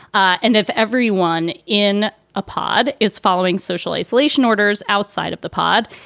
and if everyone in a pod is following social isolation orders outside of the pod,